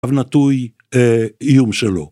קו נטוי, איום שלו.